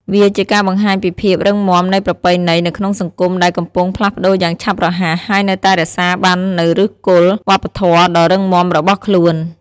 វាជាការបង្ហាញពីភាពរឹងមាំនៃប្រពៃណីនៅក្នុងសង្គមដែលកំពុងផ្លាស់ប្ដូរយ៉ាងឆាប់រហ័ស ហើយនៅតែរក្សាបាននូវឫសគល់វប្បធម៌ដ៏រឹងមាំរបស់ខ្លួន។